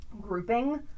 grouping